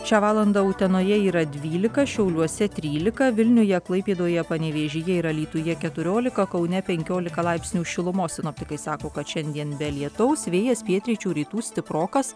šią valandą utenoje yra dvylika šiauliuose trylika vilniuje klaipėdoje panevėžyje ir alytuje keturiolika kaune penkiolika laipsnių šilumos sinoptikai sako kad šiandien be lietaus vėjas pietryčių rytų stiprokas